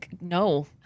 no